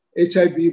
HIV